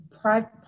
private